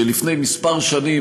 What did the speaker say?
שלפני כמה שנים,